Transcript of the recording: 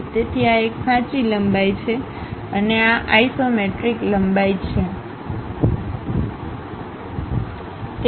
તેથી આ એક સાચી લંબાઈ છે અને આ આઇસોમેટ્રિક લંબાઈ છે